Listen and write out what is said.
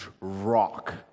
rock